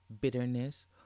bitterness